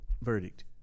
verdict